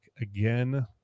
again